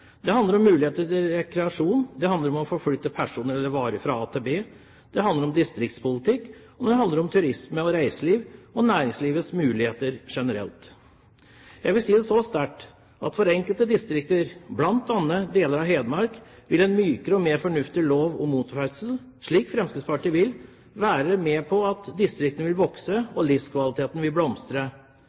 Det handler om muligheter til rekreasjon, det handler om å forflytte personer eller varer fra a til b, det handler om distriktspolitikk, og det handler om turisme og reiseliv og om næringslivets muligheter generelt. Jeg vil si det så sterkt at for enkelte distrikter, bl.a. deler av Hedmark, vil en mykere og mer fornuftig lov om motorferdsel, slik Fremskrittspartiet vil ha, gjøre at distriktene vil vokse og livskvaliteten blomstre. Det er ikke det at vi vil